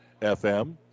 FM